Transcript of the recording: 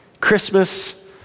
Christmas